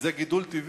זה גידול טבעי?